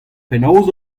penaos